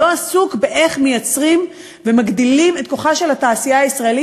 לא עסוק באיך מייצרים ומגדילים את כוחה של התעשייה הישראלית,